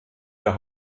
der